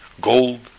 Gold